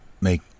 make